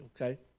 okay